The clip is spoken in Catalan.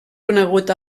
conegut